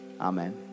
amen